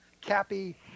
Cappy